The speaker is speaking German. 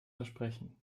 versprechen